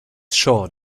short